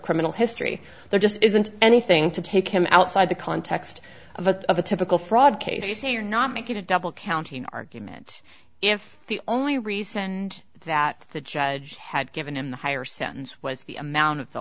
criminal history there just isn't anything to take him outside the context of a of a typical fraud case you're not making a double counting argument if the only reason that the judge had given him the higher sentence was the amount of the